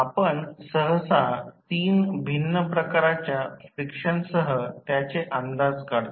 आपण सहसा 3 भिन्न प्रकारच्या फ्रिक्शनसह त्याचे अंदाज काढतो